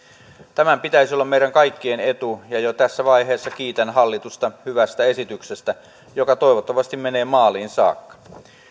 tämän pitäisi olla meidän kaikkien etu ja jo tässä vaiheessa kiitän hallitusta hyvästä esityksestä joka toivottavasti menee maaliin saakka